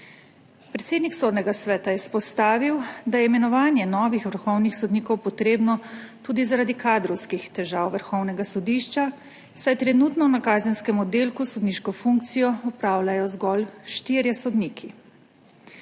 Predsednik Sodnega sveta je izpostavil, da je imenovanje novih vrhovnih sodnikov potrebno tudi zaradi kadrovskih težav Vrhovnega sodišča, saj trenutno na kazenskem oddelku sodniško funkcijo opravljajo zgolj štirje sodniki.